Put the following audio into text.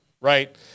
right